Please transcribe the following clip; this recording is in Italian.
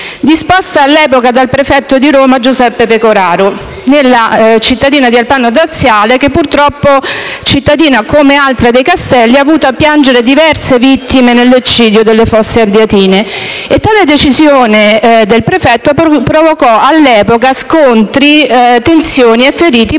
disposta all'epoca dal prefetto di Roma Giuseppe Pecoraro, nella cittadina di Albano Laziale, che purtroppo, come altre dei Castelli, ha avuto a piangere diverse vittime nell'eccidio delle Fosse Ardeatine. Tale decisione del prefetto provocò all'epoca scontri, tensioni e feriti proprio